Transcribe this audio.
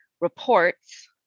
reports